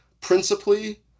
principally